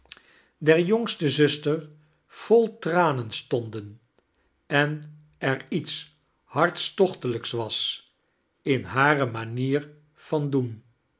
der jongste zuster vol tranen stonden en er iets hartstiochtelijks was in hare manier van doen